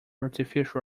artificial